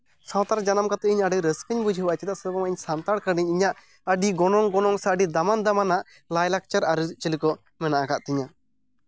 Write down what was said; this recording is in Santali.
ᱥᱟᱶᱛᱟ ᱨᱮ ᱡᱟᱱᱟᱢ ᱠᱟᱛᱮᱫ ᱤᱧ ᱟᱹᱰᱤ ᱨᱟᱹᱥᱠᱟᱹᱧ ᱵᱩᱡᱷᱟᱹᱣᱟ ᱪᱮᱫᱟᱜ ᱥᱮ ᱵᱟᱝ ᱤᱧ ᱥᱟᱱᱛᱟᱲ ᱠᱟᱹᱱᱟᱹᱧ ᱤᱧᱟᱹᱜ ᱟᱹᱰᱤ ᱜᱚᱱᱚᱝ ᱜᱚᱱᱚᱝ ᱥᱮ ᱟᱹᱰᱤ ᱫᱟᱢᱟᱱ ᱫᱟᱢᱟᱱᱟᱜ ᱞᱟᱭᱼᱞᱟᱠᱪᱟᱨ ᱟᱹᱨᱤᱪᱟᱹᱞᱤ ᱠᱚ ᱢᱮᱱᱟᱜ ᱟᱠᱟᱫ ᱛᱤᱧᱟᱹ